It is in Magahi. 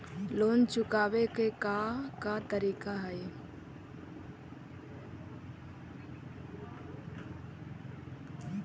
लोन चुकावे के का का तरीका हई?